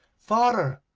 father,